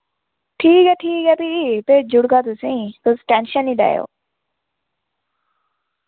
ठीक ऐ ठीक ऐ फ्ही भेजूड़गा तुसें तुस टैंशन नी लैयो